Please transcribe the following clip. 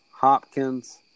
Hopkins